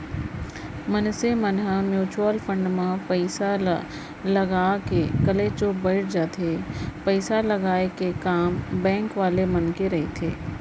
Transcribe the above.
मनसे मन ह म्युचुअल फंड म पइसा ल लगा के कलेचुप बइठ जाथे पइसा लगाय के काम बेंक वाले मन के रहिथे